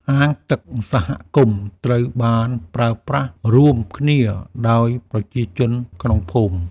អាងទឹកសហគមន៍ត្រូវបានប្រើប្រាស់រួមគ្នាដោយប្រជាជនក្នុងភូមិ។